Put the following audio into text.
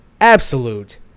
absolute